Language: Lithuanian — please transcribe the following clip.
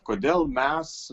kodėl mes